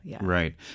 right